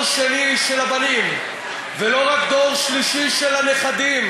שני של הבנים ולא רק דור שלישי של הנכדים,